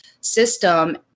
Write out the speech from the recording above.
system